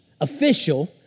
official